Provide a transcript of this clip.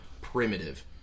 Primitive